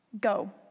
go